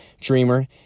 dreamer